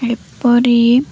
ଏପରି